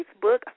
Facebook